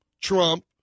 Trump